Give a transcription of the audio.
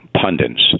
pundits